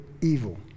evil